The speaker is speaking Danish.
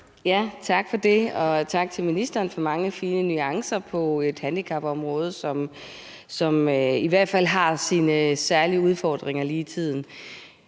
Tak for det, og tak til ministeren for mange fine nuancer på handicapområdet, som i hvert fald har sine særlige udfordringer lige for tiden.